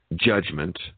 judgment